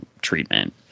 treatment